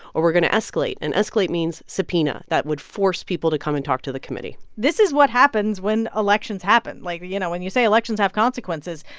or we're going to escalate. and escalate means subpoena. that would force people to come and talk to the committee this is what happens when elections happen. like, you know, when you say elections have consequences,